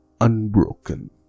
unbroken